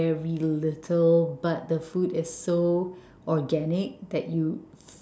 very little but the food is so organic that you